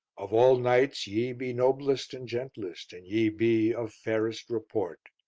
of all knights ye be noblest and gentlest, and ye be of fairest report,